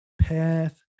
path